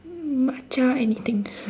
matcha anything